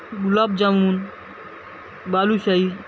गुलाब jamun balushahi